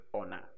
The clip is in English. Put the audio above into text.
honor